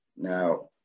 Now